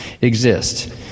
exist